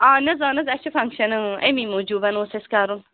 اَہن حظ اَہن حظ اَسہِ چھِ فَنگشَن اَمی موٗجوٗب اوس اَسہِ کَرُن